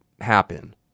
happen